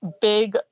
big